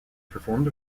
performed